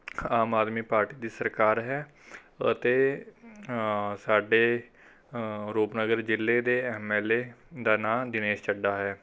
ਆਮ Aadmi party ਦੀ ਸਰਕਾਰ ਹੈ ਅਤੇ ਸਾਡੇ ਰੂਪਨਗਰ ਜ਼ਿਲ੍ਹੇ ਦੇ ਐੱਮ ਐੱਲ ਏ ਦਾ ਨਾਂ ਦਿਨੇਸ਼ ਚੱਡਾ ਹੈ